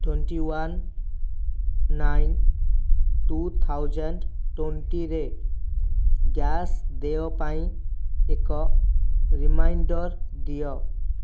twenty-one nine two thousand ଟ୍ୱେଣ୍ଟିରେ gas ଦେୟ ପାଇଁ ଏକ ରିମାଇଣ୍ଡର୍ ଦିଅ